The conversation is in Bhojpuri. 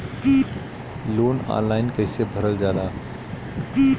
लोन ऑनलाइन कइसे भरल जाला?